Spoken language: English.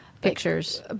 pictures